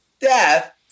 death